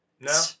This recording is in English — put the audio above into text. No